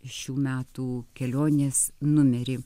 šių metų kelionės numerį